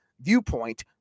viewpoint